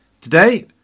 Today